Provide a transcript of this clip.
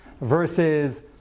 versus